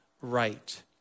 right